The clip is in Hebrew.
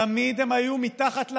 תמיד הם היו מתחת לרף.